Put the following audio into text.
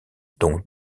dont